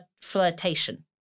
flirtation